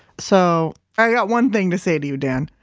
so, i've got one thing to say to you dan,